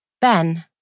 Ben